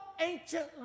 ancient